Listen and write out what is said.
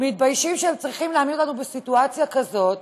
מתביישים שהם צריכים להעמיד אותנו בסיטואציה כזאת,